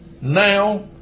now